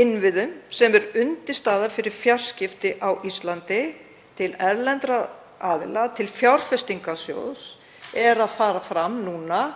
innviðum, sem eru undirstaða fyrir fjarskipti á Íslandi, til erlendra aðila, til fjárfestingarsjóðs er að fara fram núna